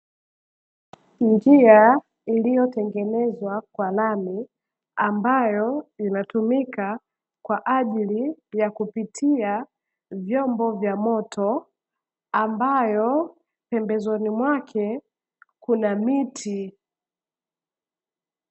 Njia iliyotengenezwa kwa lami ambayo inatumika kwa ajili ya kupitia vyombo vya moto ambayo pembezoni mwake kuna miti.